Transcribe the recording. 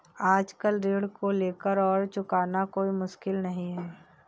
आजकल ऋण को लेना और चुकाना कोई मुश्किल नहीं है